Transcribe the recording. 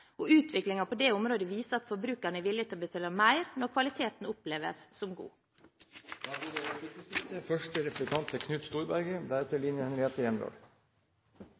og utviklingen på dette området viser at forbrukerne er villige til å betale mer når kvaliteten oppleves som god. Det blir replikkordskifte. Jeg er faktisk, overraskende nok, enig i mye av det